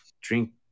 drink